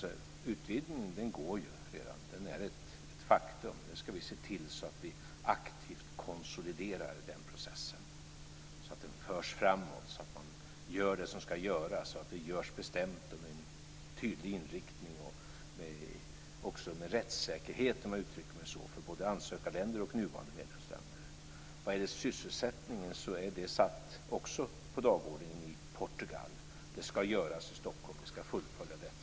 Utvidgningen är ett faktum. Nu ska vi se till att vi aktivt konsoliderar den processen så att den förs framåt så att man gör det som ska göras bestämt, med tydlig inriktning och med rättssäkerhet för både ansökarländer och nuvarande medlemsländer. Sysselsättningen sattes på dagordningen i Portugal. Det ska göras i Stockholm. Vi ska fullfölja detta.